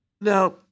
Now